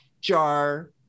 jar